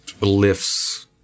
lifts